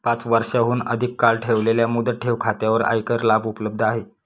पाच वर्षांहून अधिक काळ ठेवलेल्या मुदत ठेव खात्यांवर आयकर लाभ उपलब्ध आहेत